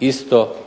isto